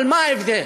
אבל מה ההבדל?